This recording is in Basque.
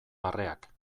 barreak